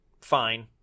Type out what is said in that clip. fine